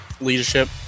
leadership